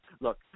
look